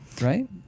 right